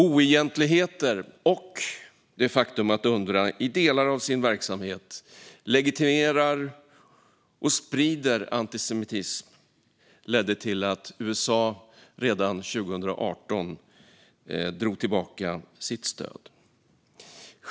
Oegentligheter och det faktum att Unrwa i delar av sin verksamhet legitimerar och sprider antisemitism ledde till att USA redan 2018 drog tillbaka sitt stöd.